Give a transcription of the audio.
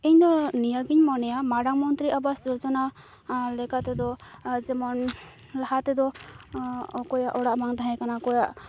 ᱤᱧᱫᱚ ᱱᱤᱭᱟᱹᱜᱮᱧ ᱢᱚᱱᱮᱭᱟ ᱢᱟᱨᱟᱝ ᱢᱚᱱᱛᱨᱤ ᱟᱵᱟᱥ ᱡᱳᱡᱚᱱᱟ ᱞᱮᱠᱟ ᱛᱮᱫᱚ ᱡᱮᱢᱚᱱ ᱞᱟᱦᱟ ᱛᱮᱫᱚ ᱚᱠᱚᱭᱟᱜ ᱚᱲᱟᱜ ᱵᱟᱝ ᱛᱟᱦᱮᱸᱠᱟᱱᱟ ᱚᱠᱚᱭᱟᱜ